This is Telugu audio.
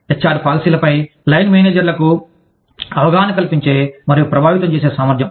హెచ్ఆర్ పాలసీలపై లైన్ మేనేజర్లకు అవగాహన కల్పించే మరియు ప్రభావితం చేసే సామర్థ్యం